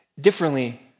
differently